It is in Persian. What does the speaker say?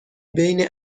بین